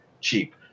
cheap